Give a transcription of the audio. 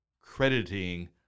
crediting